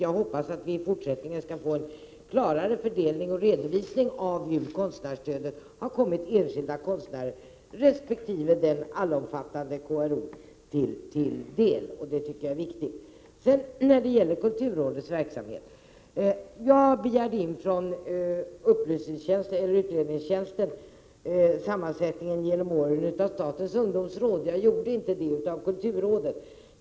Jag hoppas att vi i fortsättningen skall få en klarare redovisning av hur konstnärsstödet har kommit enskilda konstnärer resp. det allomfattande KRO till del. Det tycker jag är viktigt. Sedan några ord om kulturrådets verksamhet. Jag begärde från utred 35 ningstjänsten upplysning om sammansättningen genom åren av statens ungdomsråd, men jag gjorde inte detsamma med kulturrådet.